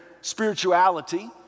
spirituality